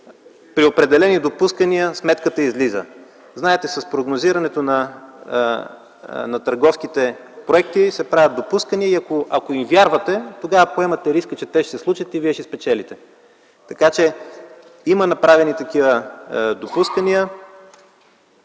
При определени допускания, сметката излиза. Знаете, че при прогнозирането на търговските проекти се правят допускания и ако им вярвате, тогава поемате риска, че те ще се случат и ще спечелите. Така че има направени такива допускания